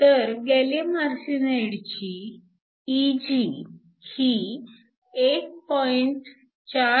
तर गॅलीअम आर्सेनाईडची Eg ही 1